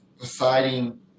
deciding